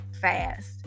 fast